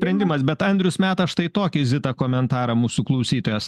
sprendimas bet andrius meta štai tokį zita komentarą mūsų klausytojas